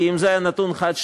כי אם זה היה נתון חד-שנתי,